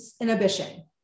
inhibition